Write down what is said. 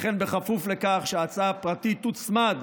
וכן כפוף לכך שההצעה הפרטית תוצמד